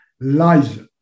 lies